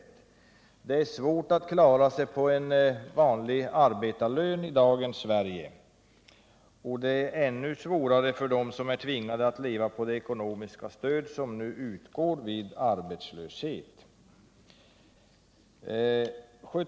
Det är i dagens Sverige svårt att klara sig på en vanlig arbetarlön, och det är ännu svårare för dem som tvingas leva på det ekonomiska stöd som nu utgår vid arbetslöshet.